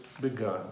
begun